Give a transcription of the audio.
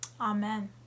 Amen